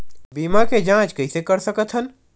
बीमा के जांच कइसे कर सकत हन?